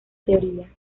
teoría